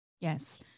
Yes